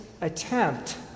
attempt